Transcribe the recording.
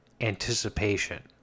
anticipation